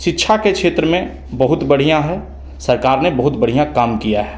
शिक्षा के क्षेत्र में बहुत बढ़िया है सरकार ने बहुत बढ़िया काम किया है